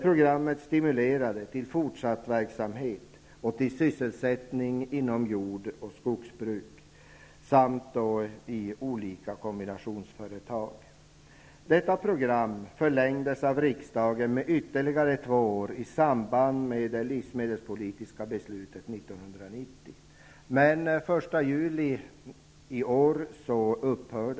Programmet stimulerade till fortsatt verksamhet och sysselsättning inom jord och skogsbruk samt i olika kombinationsföretag. Programmet förlängdes av riksdagen med ytterligare två år i samband med det livsmedelspolitiska beslutet 1990. Men den 1 juli i år skall det upphöra.